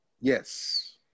Yes